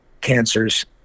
cancers